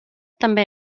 també